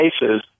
cases